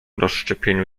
rozszczepieniu